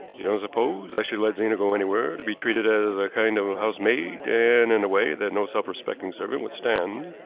you don't suppose i should let zena go anywhere to be treated as a kind of housemaid, and in a way that no self-respecting servant would stand?